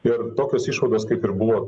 ir tokios išvados kaip ir buvo